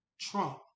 Trump